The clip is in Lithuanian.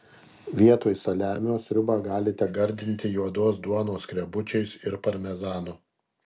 vietoj saliamio sriubą galite gardinti juodos duonos skrebučiais ir parmezanu